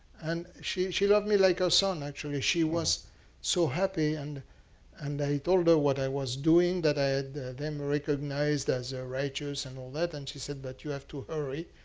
and she she loved me like her son, actually. she was so happy. and and i told her what i was doing, that i had them recognized as ah righteous and all of that. and she said, but you have to hurry.